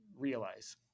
realize